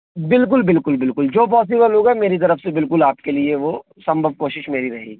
बिल्कुल बिल्कुल बिल्कुल जो पॉसिबल होगा मेरी तरफ़ से बिल्कुल आप के लिए वो संभव कोशिश मेरी रहेगी